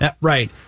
right